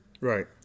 Right